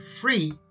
free